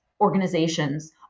organizations